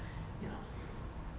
ya